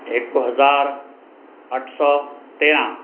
हिकु हज़ारु अठ सौ तेरहं